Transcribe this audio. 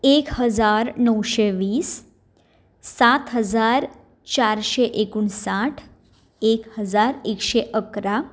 एक हजार णवशें वीस सात हजार चारशें एकुणसाठ एक हजार एकशें इकरा